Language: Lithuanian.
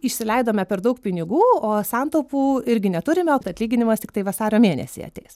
išsileidome per daug pinigų o santaupų irgi neturime o atlyginimas tiktai vasario mėnesį ateis